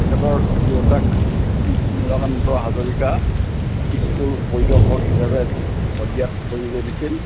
তেখেতৰ দেউতাক নীলকান্ত হাজৰিকা স্কুল পৰিদৰ্শক হিচাপে শদিয়াত চাকৰি কৰিছিল